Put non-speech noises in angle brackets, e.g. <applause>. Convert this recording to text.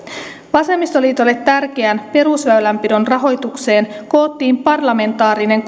vasemmistoliitolle tärkeään perusväylänpidon rahoitukseen koottiin parlamentaarinen <unintelligible>